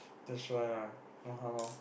that's why lah no harm lor